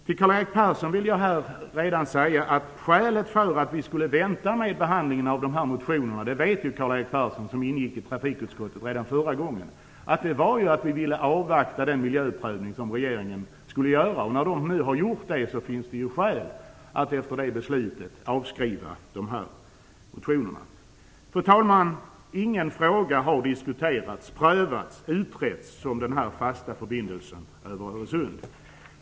Till Karl-Erik Persson vill jag säga att skälet för att vi skulle vänta med behandlingen av dessa motioner känner Karl-Erik Persson själv till, eftersom han ingick i trafikutskottet redan då. Vi ville avvakta miljöprövningen från regeringen. När miljöprövningen nu är gjord och ett beslut är fattat finns det anledning att avskriva dessa motioner. Fru talman! Ingen fråga har diskuterats, prövats och utretts så som frågan om den fasta förbindelsen över Öresund.